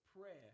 prayer